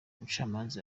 umucamanza